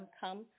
come